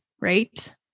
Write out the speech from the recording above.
right